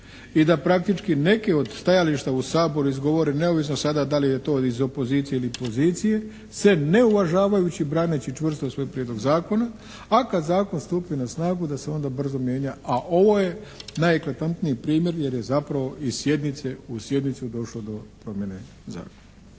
i da praktički neka od stajališta u Saboru izgovorena neovisno sada da li je to iz opozicije ili pozicije se ne uvažavaju braneći čvrsto svoj prijedlog zakona a kad zakon stupi na snagu da se onda brzo mijenja. A ovo je najeklatantniji primjer jer je zapravo iz sjednice u sjednicu došlo do promjene zakona.